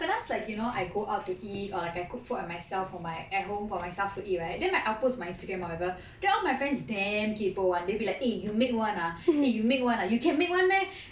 sometimes like you know I go out to eat or if I cook food for myself for my at home for myself to eat right then I'll post my instagram whatever then all my friends damn kaypoh [one] they will be like eh you make [one] ah eh you make [one] ah you can make [one] meh